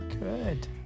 Good